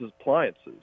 appliances